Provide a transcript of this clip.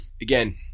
again